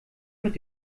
mit